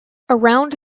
around